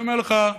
אני אומר לך: